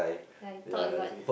ya I talk a lot